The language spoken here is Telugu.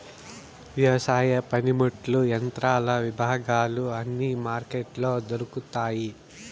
వ్యవసాయ పనిముట్లు యంత్రాల విభాగాలు అన్ని మార్కెట్లో దొరుకుతాయి